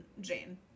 jane